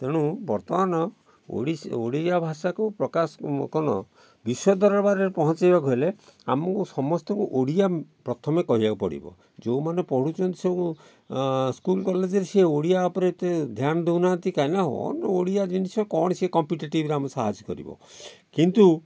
ତେଣୁ ବର୍ତ୍ତମାନ ଓଡ଼ିଶୀ ଓଡ଼ିଆ ଭାଷାକୁ ପ୍ରକାଶ ବିଶ୍ୱ ଦରବାରରେ ପହଞ୍ଚାଇବାକୁ ହେଲେ ଆମକୁ ସମସ୍ତଙ୍କୁ ଓଡ଼ିଆ ପ୍ରଥମେ କହିବାକୁ ପଡ଼ିବ ଯେଉଁମାନେ ପଢ଼ୁଛନ୍ତି ସବୁ ସ୍କୁଲ କଲେଜରେ ସେ ଓଡ଼ିଆ ଉପରେ ଏତେ ଧ୍ୟାନ ଦେଉ ନାହାଁନ୍ତି କାହିଁକି ନା ହଁ ଓଡ଼ିଆ ଜିନିଷ କ'ଣ ସେ କମ୍ପିଟେଟିଭରେ ଆମକୁ ସାହାଯ୍ୟ କରିବ କିନ୍ତୁ